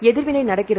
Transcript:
எதிர்வினை நடக்கிறது